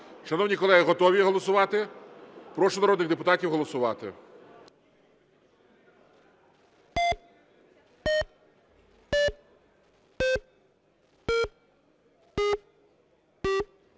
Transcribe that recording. Шановні колеги, готові голосувати? Прошу народних депутатів голосувати.